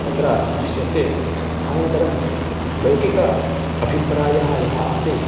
तत्र दृश्यते अनन्तरं लौकिक अभिप्रायः यः आसीत्